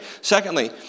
Secondly